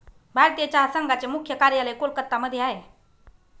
भारतीय चहा संघाचे मुख्य कार्यालय कोलकत्ता मध्ये आहे